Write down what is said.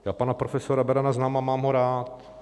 Já pana profesora Berana znám a mám ho rád.